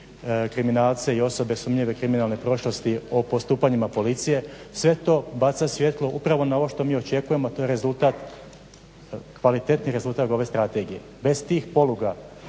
kriminalce i osobe sumnjive kriminalne prošlosti o postupanjima policije. Sve to baca svjetlo upravo na ovo što mi očekujemo, to je kvalitetni rezultat ove strategije. Bez tih poluga